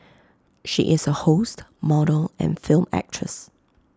she is A host model and film actress